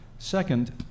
Second